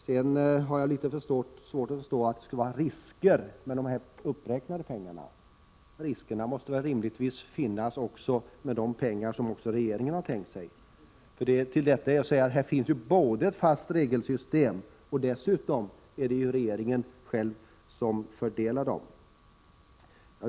Jag har litet svårt att förstå att det skulle föreligga några risker med just de uppräknade anslagen. Riskerna måste väl rimligtvis föreligga också med de pengar som även regeringen har tänkt sig? Till detta är att säga att här finns 33 ett fast regelsystem, och dessutom är det ju regeringen själv som fördelar pengarna.